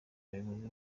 abayobozi